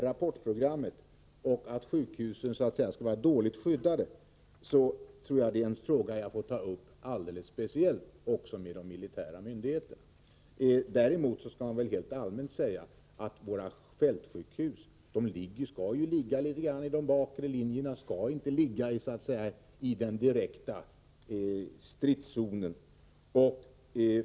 Rapportprogrammet och frågan huruvida sjukhusen skulle vara dåligt skyddade får jag ta upp speciellt med de militära myndigheterna. Dock kan man väl rent allmänt för det första säga att våra fältsjukhus skall ligga i de bakre linjerna, inte i den direkta stridszonen.